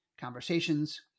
conversations